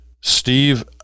Steve